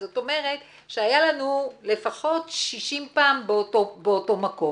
זאת אומרת, שהיה לנו לפחות 60 פעם באותו מקום.